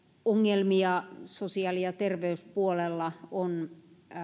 ongelmia sosiaali ja terveyspuolella on